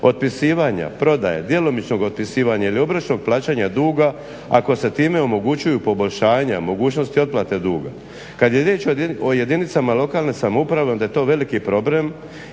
otpisivanja, prodaje, djelomičnog otpisivanja ili obročnog plaćanja duga, ako se time omogućuju poboljšanja, mogućnosti otplate duga. Kad je riječ o jedinicama lokalne samouprave onda je to veliki problem